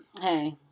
hey